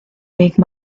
make